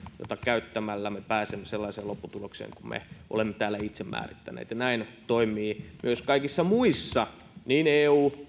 jota käyttämällä me pääsemme sellaiseen lopputulokseen kuin me olemme täällä itse määrittäneet näin toimii myös kaikissa muissa niin eu